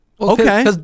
okay